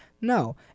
No